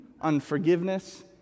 unforgiveness